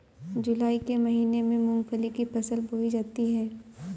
जूलाई के महीने में मूंगफली की फसल बोई जाती है